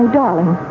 darling